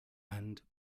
and